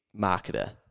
marketer